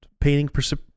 painting